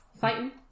Fighting